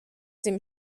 dem